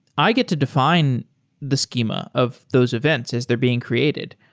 i get to define the schema of those events as they're being created.